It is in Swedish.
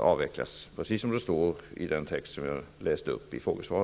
avvecklas -- precis som jag sade i mitt svar.